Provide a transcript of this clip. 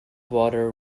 water